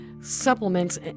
supplements